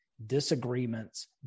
Disagreements